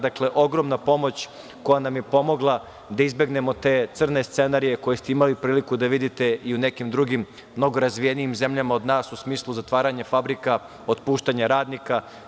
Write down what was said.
Dakle, ogromna pomoć koja nam je pomogla da izbegnemo te crne scenarije koje ste imali priliku da vidite i u nekim drugim mnogo razvijenijim zemljama od nas u smislu zatvaranja fabrika, otpuštanja radnika.